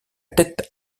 tête